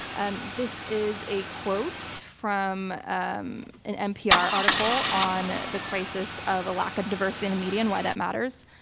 and this is a quote from um an npr article on the crisis of a lack of diversity in the media and why that matters.